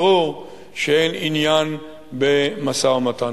ברור שאין עניין במשא-ומתן.